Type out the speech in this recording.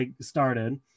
started